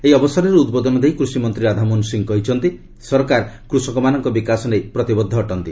ଏହି ଅବସରରେ ଉଦ୍ବୋଧନ ଦେଇ କୃଷିମନ୍ତ୍ରୀ ରାଧାମୋହନ ସିଂ କହିଛନ୍ତି ସରକାର କୃଷକମାନଙ୍କ ବିକାଶ ନେଇ ପ୍ରତିବଦ୍ଧ ଅଟନ୍ତି